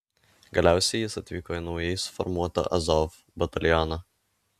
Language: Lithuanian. galiausiai jis atvyko į naujai suformuotą azov batalioną